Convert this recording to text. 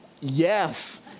Yes